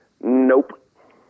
Nope